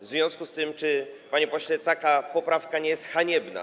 W związku z tym, panie pośle, czy taka poprawka nie jest haniebna?